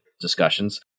discussions